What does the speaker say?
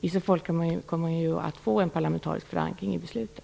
I så fall kommer man att få en parlamentarisk förankring i beslutet.